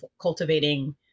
cultivating